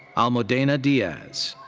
almudena diaz.